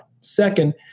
Second